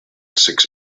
six